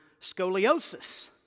scoliosis